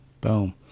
Boom